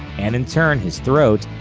and in turn, his throat,